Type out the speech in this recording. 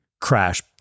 Crash